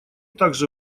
также